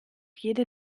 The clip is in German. jede